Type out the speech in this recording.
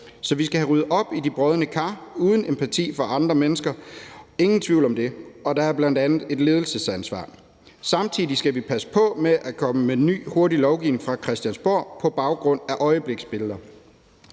Så vi skal have ryddet op i de brodne kar, som er uden empati for andre mennesker, ingen tvivl om det, og der er bl.a. et ledelsesansvar. Samtidig skal vi passe på med at komme med ny hurtig lovgivning fra Christiansborg på baggrund af øjebliksbilleder.